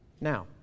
Now